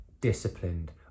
disciplined